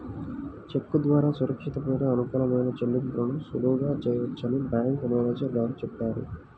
చెక్కు ద్వారా సురక్షితమైన, అనుకూలమైన చెల్లింపులను సులువుగా చేయవచ్చని బ్యాంకు మేనేజరు గారు చెప్పారు